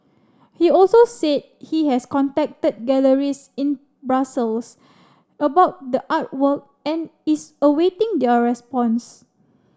he also said he has contacted galleries in Brussels about the artwork and is awaiting their response